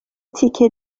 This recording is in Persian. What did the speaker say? تیکه